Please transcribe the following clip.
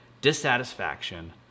dissatisfaction